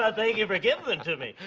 ah thank you for giving them to me.